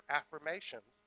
affirmations